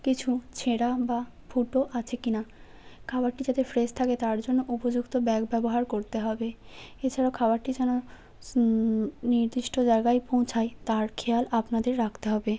কিছু ছেঁড়া বা ফুটো আছে কিনা খাবারটি যাতে ফ্রেশ থাকে তার জন্য উপযুক্ত ব্যাগ ব্যবহার করতে হবে এছাড়াও খাবারটি যেন নির্দিষ্ট জায়গায় পৌঁছায় তার খেয়াল আপনাদের রাখতে হবে